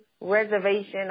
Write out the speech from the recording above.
reservation